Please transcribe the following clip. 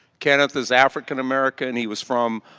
kenneth is african-american, he was from